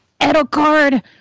Edelgard